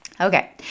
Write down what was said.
Okay